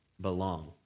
belong